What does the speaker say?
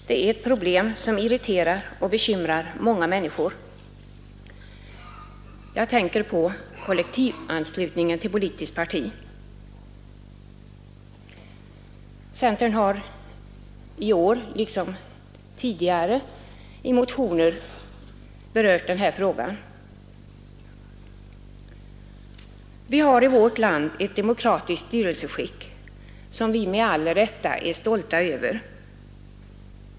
Det är ett problem som irriterar och bekymrar många människor — jag tänker på kollektivanslutningen till politiskt parti. Centern har i år, liksom tidigare, i motioner berört denna fråga. Vi har i vårt land ett demokratiskt styrelseskick, som vi med rätta är stolta över.